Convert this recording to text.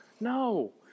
No